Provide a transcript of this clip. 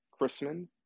chrisman